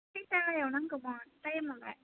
खैथायाव नांगौमोन टाइमालाय